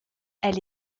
elle